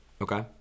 okay